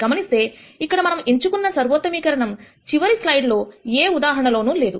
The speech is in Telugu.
గమనిస్తే ఇక్కడ మనం ఎంచుకున్న సర్వోత్తమీకరణం చివరి స్లైడ్లో ఏ 2 ఉదాహరణ లోనూ లేదు